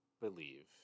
believe